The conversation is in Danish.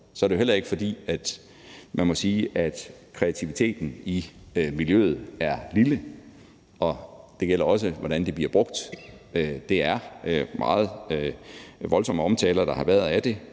er det jo heller ikke, fordi man må sige, at kreativiteten i miljøet er ubetydelig, og det gælder også, hvordan produkterne bliver brugt. Det er meget voldsomt, når man ser den